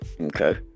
Okay